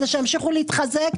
בשביל שימשיכו להתחזק,